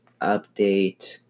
update